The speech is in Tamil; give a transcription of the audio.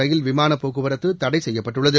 ரயில் விமானப் போக்குவரத்து தடை செய்யப்பட்டுள்ளது